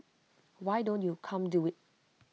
why don't you come do IT